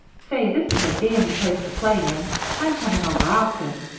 say, this is a dandy place to play in i'm coming over often.